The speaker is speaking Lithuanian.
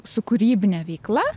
su kūrybine veikla